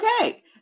Okay